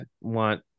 want